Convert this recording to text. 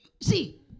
see